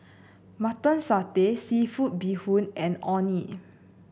Mutton Satay seafood Bee Hoon and Orh Nee